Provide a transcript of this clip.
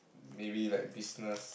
maybe like business